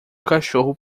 cachorro